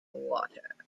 water